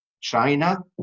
China